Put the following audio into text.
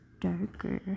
darker